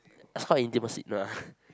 it's called intimacy no lah